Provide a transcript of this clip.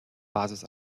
basis